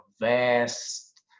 vast